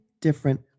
different